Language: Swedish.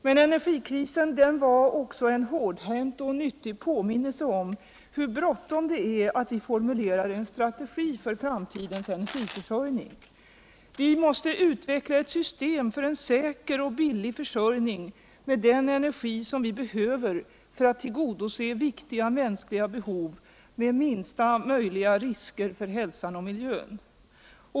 Men energikrisen blev också en hårdhänt och nyttig påminnelse om hur bråttom det är att formulera en strategi för framtidens energiförsörjning. Vi måste utveckla ett system för en säker och billig försörjning av den energi som behövs för att tillgodose viktiga mänskliga behov med minsta möjliga risker för hälsan och miljön.